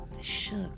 Shook